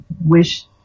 wish